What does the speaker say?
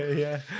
yeah,